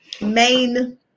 main